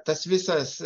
tas visas